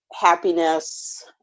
happiness